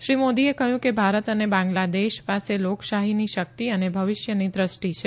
શ્રી મોદીએ કહ્યું કે ભારત અને બાંગ્લાદેશ પાસે લોકશાહીની શકિત અને ભવિષ્યની દ્રષ્ટી છે